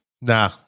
Nah